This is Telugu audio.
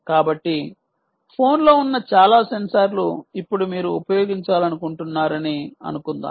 కాబట్టి ఫోన్లో ఉన్న చాలా సెన్సార్లు ఇప్పుడు మీరు ఉపయోగించాలనుకుంటున్నారని అనుకుందాం